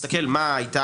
כשאני מסתכל עתידי,